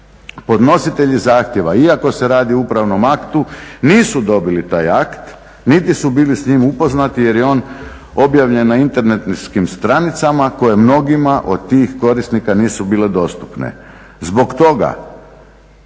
Podnositelji zahtjeva iako se radi o upravnom aktu nisu dobili taj akt niti su bili s njim upoznati jer je on objavljen na internetskim stranicama koji mnogima od tih korisnika nisu bile dostupne. Zbog toga